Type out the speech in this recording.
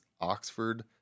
Oxford